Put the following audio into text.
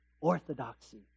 orthodoxy